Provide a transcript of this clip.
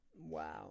Wow